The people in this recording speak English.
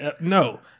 no